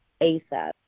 ASAP